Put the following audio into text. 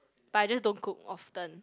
but I just don't cook often